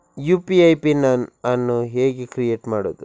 UPI pin ಅನ್ನು ಹೇಗೆ create ಮಾಡುದು?